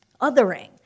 othering